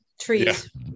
Trees